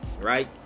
right